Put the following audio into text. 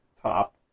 top